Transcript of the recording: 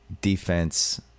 defense